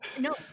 No